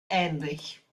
ähnlich